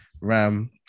RAM